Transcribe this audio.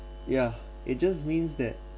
yeah it just means that